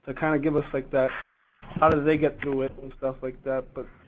ah kind of give us like that how did they get through it and stuff like that, but